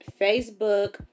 Facebook